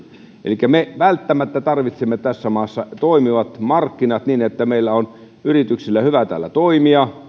elikkä me välttämättä tarvitsemme tässä maassa toimivat markkinat niin että meillä on yrityksillä hyvä täällä toimia